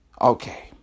Okay